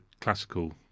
classical